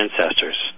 ancestors